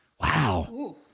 Wow